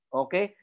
okay